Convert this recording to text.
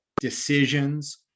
decisions